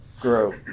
grow